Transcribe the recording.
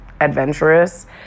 adventurous